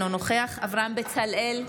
אינו נוכח אברהם בצלאל,